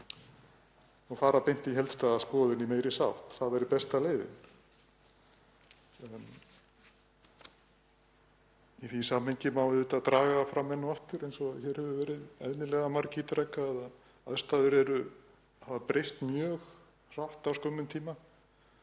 og fara beint í heildstæða skoðun í meiri sátt. Það væri besta leiðin. Í því samhengi má auðvitað draga það fram enn og aftur, eins og hér hefur eðlilega verið margítrekað, að aðstæður hafa breyst mjög hratt á skömmum tíma.